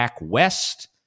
West